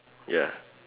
ya